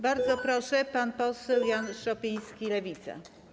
Bardzo proszę, pan poseł Jan Szopiński, Lewica.